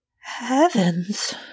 Heavens